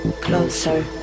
Closer